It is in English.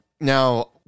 Now